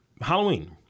Halloween